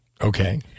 Okay